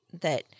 that-